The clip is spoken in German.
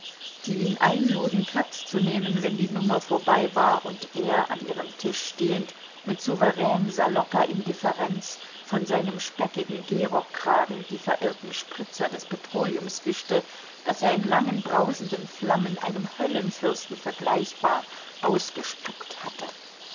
die ihn einluden platz zu nehmen wenn die nummer vorbei war und er an ihrem tisch stehend mit souverän salopper indifferenz von seinem speckigen gehrockkragen die verirrten spritzer des petroleums wischte das er in langen brausenden flammen einem höllenfürsten vergleichbar ausgespuckt hatte